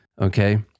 Okay